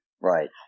Right